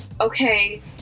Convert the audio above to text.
okay